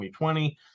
2020